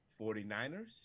49ers